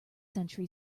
century